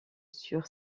sur